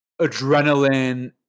adrenaline